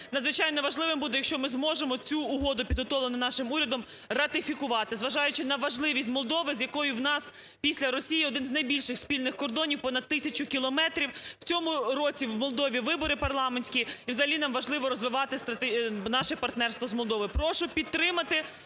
надзвичайно важливим буде, якщо ми зможемо цю угоду, підготовлену нашим урядом, ратифікувати, зважаючи на важливість Молдови, з якою в нас після Росії один з найбільших спільних кордонів – понад тисячу кілометрів. В цьому році в Молдові вибори парламентські, і взагалі нам важливо розвивати наше партнерство з Молдовою.